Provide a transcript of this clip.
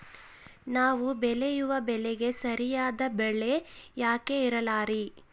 ನಾವು ಬೆಳೆಯುವ ಬೆಳೆಗೆ ಸರಿಯಾದ ಬೆಲೆ ಯಾಕೆ ಇರಲ್ಲಾರಿ?